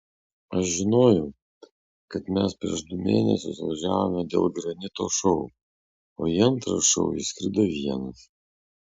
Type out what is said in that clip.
aš žinojau kad mes prieš du mėnesius važiavome dėl granito šou o į antrą šou jis skrido vienas